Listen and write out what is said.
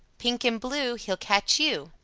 pink and blue, he'll catch you.